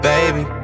Baby